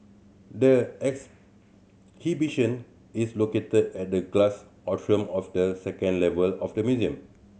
the exhibition is located at the glass atrium of the second level of the museum